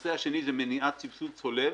הנושא השני הוא מניעת סבסוד צולב.